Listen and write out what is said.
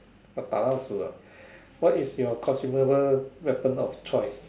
要打到死啊 what is your consumable weapon of choice